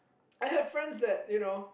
I have friend that you know